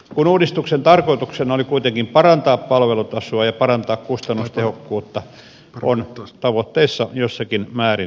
kun uudistuksen tarkoituksena oli kuitenkin parantaa palvelutasoa ja parantaa kustannustehokkuutta on tavoitteissa jossakin määrin epäonnistuttu